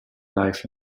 life